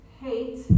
hate